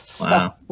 Wow